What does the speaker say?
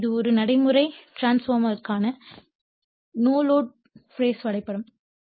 எனவே இது ஒரு நடைமுறை டிரான்ஸ்பார்மர்க்கான நோ லோட் பேஸர் வரைபடம்